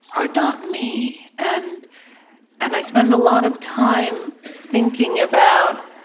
are not me, and and i spend a lot of time thinking about,